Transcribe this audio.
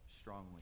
strongly